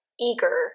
eager